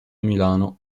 milano